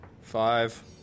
Five